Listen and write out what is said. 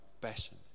passion